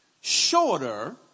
shorter